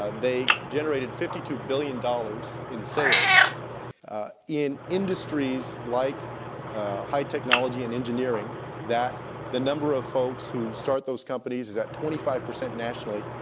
ah they generated fifty two billion dollars in sales in industries like high technology and engineering that the number of folks who start those companies is at twenty five percent nationally.